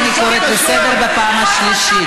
לא צריך פה להפעיל כוח.